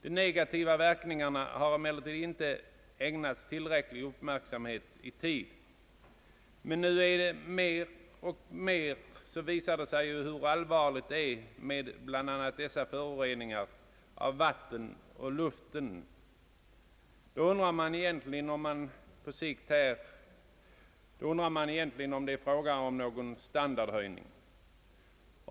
De negativa verkningarna har emellertid inte i tid ägnats tillräcklig uppmärksamhet. När det nu mer och mer visar sig hur allvarligt det är ställt med bl.a. föroreningarna i vattnet och i luften undrar man om det egentligen är fråga om någon standardhöjning.